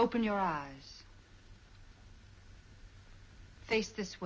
open your eyes face this